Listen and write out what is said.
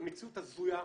היא מציאות הזויה,